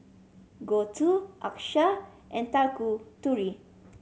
Gouthu Akshay and Tanguturi